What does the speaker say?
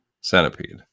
Centipede